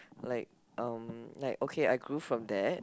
like um like okay I grew from there